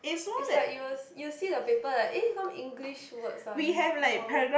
it's like you will you see the paper like eh how come English words one wrong